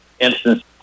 instance